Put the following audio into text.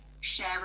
share